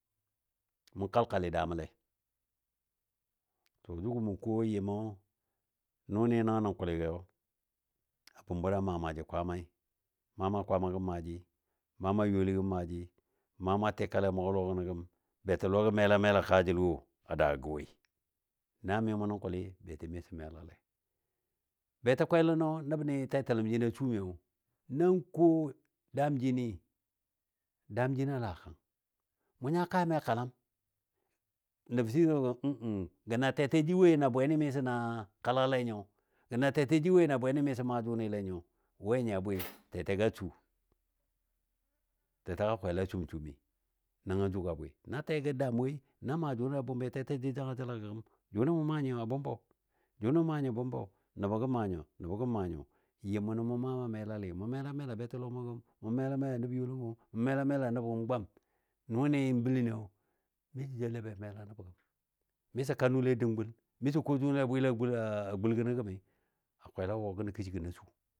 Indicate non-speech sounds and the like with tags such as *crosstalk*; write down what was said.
mɔn kalkali daamɔ le. To jʊgɔ mə ko yɨmɔ nʊni nəngən nən kuligiyo, a bʊmbur a maa maaji Kwaammai maa maa Kwaamma gəm maaji, maa maa youli gəm maaji, maa maa tikali a mʊgɔ lɔ gənɔ gəm, betilɔ gi mela mela kaajəl wo a daagɔ gə woi, na mɨ mɔ nən kulɨ beti misɔ melale. Be təkwelənɔ nəbni tetəlam jino suyo nan ko daam jini, daam jinɔ a laa kang, mʊ nya kaami a kallam nəbɔ sai gɔ, *hesitation* na teteji woi na bweni misɔ na kalale nyo, gə na teteji woi na bweni miso maa jʊnile nyo, we nyi a bwi, *noise* tetegɔ a su, tetegɔ kwela sum sumi nəngɔ jʊgɔ a bwi. Na tego daam woi na maa jʊnile a bʊmbi tetegɔ a jou jangajəl a gəgəm jʊni mʊ maa nyi a bʊmbɔ, jʊni mʊ maa nyi a bʊmbɔ, nəbɔ ga maa nyo, nəbɔ ga maa nyo. Yɨm mʊnɔ mʊ maa maa melali mʊ mela mela betilɔmʊi gəm, mela mela nəb youligɔ gəm, mela mela nəbɔ gəm gwam. Nʊni bələniyo miso jelle be mela nəbɔ gəm. Miso ka nule a dəng gul, miso ko jʊnile bwile a gul *hesitation* gul gənɔ gəmi a kwela wɔ gənɔ kishi gənɔ a su.